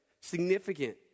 Significant